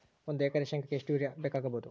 ಒಂದು ಎಕರೆ ಶೆಂಗಕ್ಕೆ ಎಷ್ಟು ಯೂರಿಯಾ ಬೇಕಾಗಬಹುದು?